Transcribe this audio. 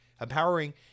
empowering